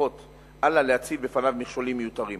לפחות אל לה להציב בפניו מכשולים מיותרים.